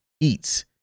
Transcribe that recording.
eats